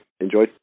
enjoy